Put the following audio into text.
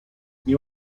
nie